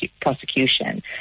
prosecution